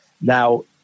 Now